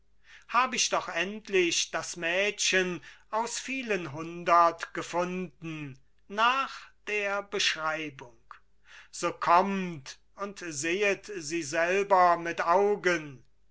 hab ich doch endlich das mädchen aus vielen hundert gefunden nach der beschreibung so kommt und sehet sie selber mit augen